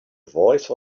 voice